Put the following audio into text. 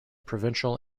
provincial